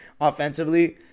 offensively